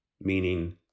meaning